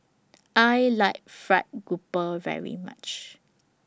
I like Fried Grouper very much